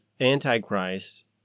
Antichrist